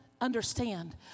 understand